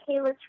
Kayla's